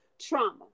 trauma